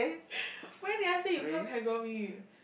when did I say you come preggo me